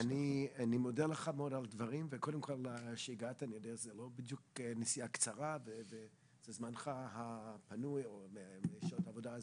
בגבול שלו ובלב האזור הזה אני בטוח שגם בעלי החיים יסבלו.